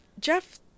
Jeff